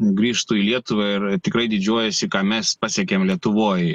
grįžtu į lietuvą ir tikrai didžiuojuosi ką mes pasiekėm lietuvoj